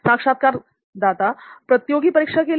साक्षात्कारदाता प्रतियोगी परीक्षा के लिए